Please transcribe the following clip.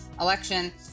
election